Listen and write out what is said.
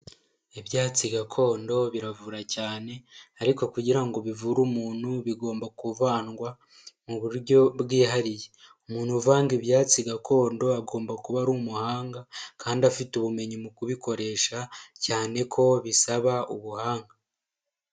Ibyatsi gakondo biravura cyane ariko kugira ngo bivure umuntu bigomba kuvangwa mu buryo bwihariye, umuntu uvanga ibyatsi gakondo, agomba kuba ari umuhanga kandi afite ubumenyi mu kubikoresha cyane ko bisaba ubuhanga.